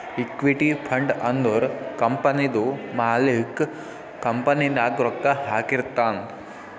equity fund ಅಂದುರ್ ಕಂಪನಿದು ಮಾಲಿಕ್ಕ್ ಕಂಪನಿ ನಾಗ್ ರೊಕ್ಕಾ ಹಾಕಿರ್ತಾನ್